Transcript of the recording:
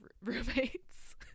roommates